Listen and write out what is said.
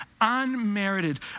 unmerited